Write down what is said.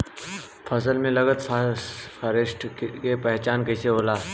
फसल में लगल फारेस्ट के पहचान कइसे होला?